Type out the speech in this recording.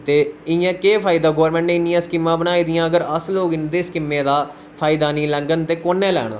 ते इ'यां केह् फायदा गोर्मेंट ने इन्नियां स्कीमां बनाई दियां ते उ'नें स्कीमें दा फायदा नीं लैंङन ते कुने लैना